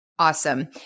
Awesome